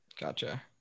Gotcha